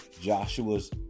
Joshua's